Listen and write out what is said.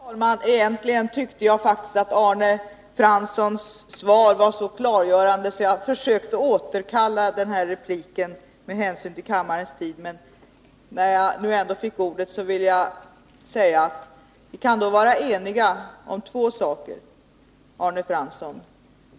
Herr talman! Egentligen tyckte jag att Arne Franssons svar var så klargörande att jag försökte återkalla repliken med hänsyn till kammarens tid, men när jag nu ändå fick ordet vill jag säga följande. Vi kan vara eniga om två saker, Arne Fransson och jag.